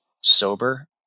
sober